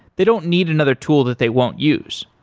they don't need another tool that they won't use.